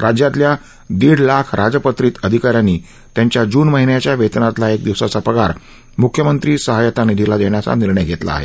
राज्यातल्या दीड लाख राजपत्रित अधिकाऱ्यांनी त्यांच्या जुन महिन्याच्या वेतनातला एक दिवसाचा पगार म्ख्यमंत्री सहायता निधीला देण्याचा निर्णय घेतला आहे